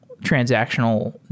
transactional